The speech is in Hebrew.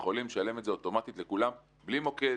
יכולים לשלם את זה אוטומטית לכולם, בלי מוקד,